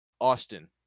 Austin